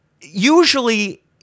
usually